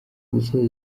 gusoza